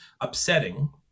upsetting